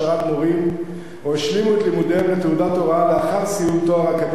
מורים או השלימו את לימודיהם לתעודת הוראה לאחר סיום תואר אקדמי